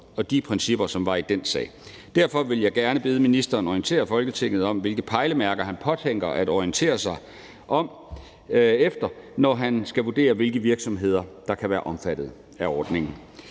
og de principper, som var i den sag. Derfor vil jeg gerne bede ministeren orientere Folketinget om, hvilke pejlemærker han påtænker at orientere sig efter, når han skal vurdere, hvilke virksomheder der kan være omfattet af ordningen.